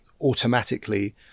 automatically